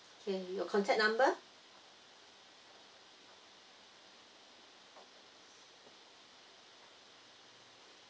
okay your contact number